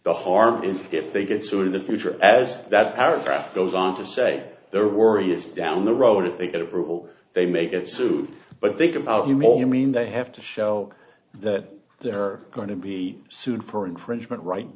the harm is if they get so in the future as that paragraph goes on to say their worry is down the road if they get approval they make it suit but think about you know you mean they have to show that they are going to be sued for infringement right